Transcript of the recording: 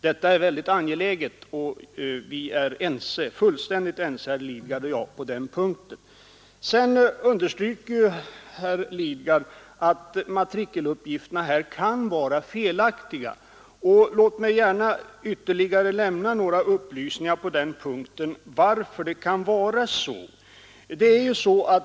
Det är väldigt angeläget, och vi är tydligen fullständigt ense, herr Lidgard och jag, på den punkten. Sedan framhåller ju herr Lidgard att matrikeluppgifterna kan vara felaktiga. Låt mig lämna ytterligare några upplysningar om varför det kan vara så.